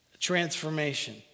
transformation